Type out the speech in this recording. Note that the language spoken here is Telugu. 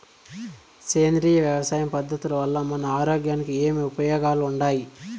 సేంద్రియ వ్యవసాయం పద్ధతుల వల్ల మన ఆరోగ్యానికి ఏమి ఉపయోగాలు వుండాయి?